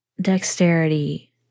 dexterity